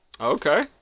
Okay